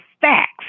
facts